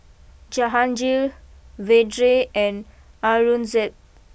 Jahangir Vedre and Aurangzeb